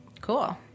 Cool